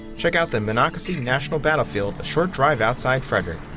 check out the monocacy national battlefield, a short drive outside frederick.